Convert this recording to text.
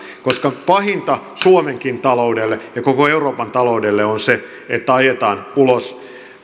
koska pahinta suomenkin taloudelle ja koko euroopan taloudelle on se että ajetaan ulos